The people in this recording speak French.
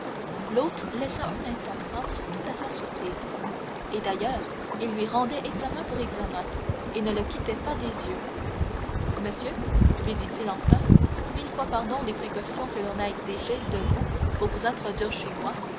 l'hôte laissa un instant franz tout à sa surprise et d'ailleurs il lui rendait examen pour examen et ne le quittait pas des yeux monsieur lui dit-il enfin mille fois pardon des précautions que l'on a exigées de vous pour vous introduire chez moi